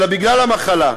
אלא בגלל המחלה.